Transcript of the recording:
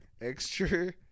extra